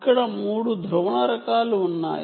ఇక్కడ 3 పోలరైజెషన్ రకాలు ఉన్నాయి